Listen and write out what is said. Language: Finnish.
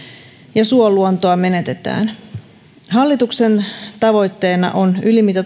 ja suoluontoa menetetään hallituksen tavoitteena ovat